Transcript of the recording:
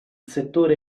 settore